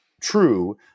true